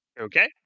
okay